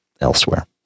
elsewhere